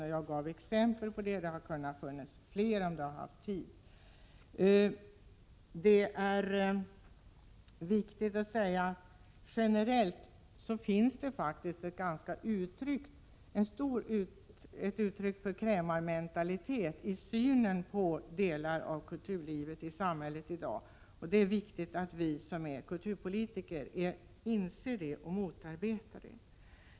Jag gav några exempel, och jag kunde ha nämnt flera om jag hade haft tid. Generellt finns det ett uttryck för krämarmentalitet i synen på delar av kulturlivet i samhället i dag, och det är viktigt att vi kulturpolitiker inser det och motarbetar det.